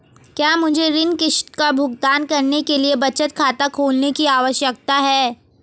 क्या मुझे ऋण किश्त का भुगतान करने के लिए बचत खाता खोलने की आवश्यकता है?